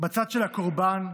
בצד של הקורבן,